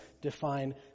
define